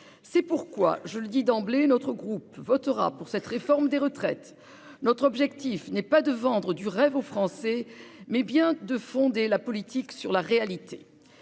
C'est pourquoi, je le dis d'emblée, notre groupe votera cette réforme des retraites. Notre objectif est non pas de vendre du rêve aux Français, mais bien de fonder la politique sur la réalité.